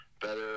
Better